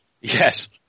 Yes